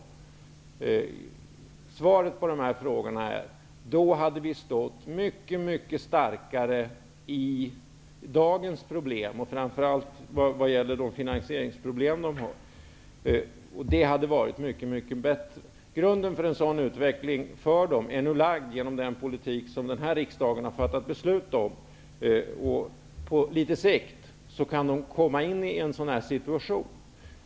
Svaret på de här frågorna är: Då hade vi stått mycket starkare inför dagens problem, framför allt de finansieringsproblem som vi har. Det hade varit mycket bättre. Grunden för en sådan utveckling för dem är nu lagd med politik som riksdagen har fattat beslut om. På litet sikt kan de komma in i en sådan situation.